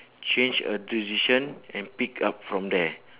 change a decision and pick up from there